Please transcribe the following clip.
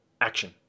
action